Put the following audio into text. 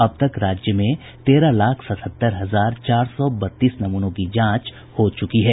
अब तक राज्य में तेरह लाख सतहत्तर हजार चार सौ बत्तीस नमूनों की जांच हो चुकी है